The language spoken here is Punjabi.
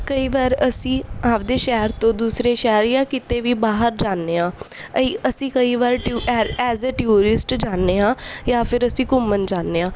ਕਈ ਵਾਰ ਅਸੀਂ ਆਪਣੇ ਸ਼ਹਿਰ ਤੋਂ ਦੂਸਰੇ ਸ਼ਹਿਰ ਜਾ ਕਿਤੇ ਵੀ ਬਾਹਰ ਜਾਂਦੇ ਹਾਂ ਅਹੀਂ ਅਸੀਂ ਕਈ ਵਾਰ ਟਿਊ ਐਜ ਏ ਟਿਊਰਿਸਟ ਜਾਂਦੇ ਹਾਂ ਜਾਂ ਫਿਰ ਅਸੀਂ ਘੁੰਮਣ ਜਾਂਦੇ ਹਾਂ